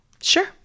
Sure